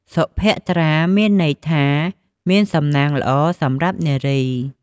សុភ័ក្ត្រា មានន័យថាមានសំណាងល្អ សម្រាប់នារី។